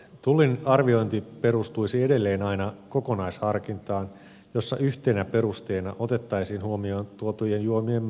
tullin arviointi perustuisi edelleen aina kokonaisharkintaan jossa yhtenä perusteena otettaisiin huomioon tuotujen juomien määrä